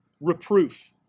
reproof